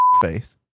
face